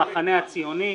המחנה הציוני,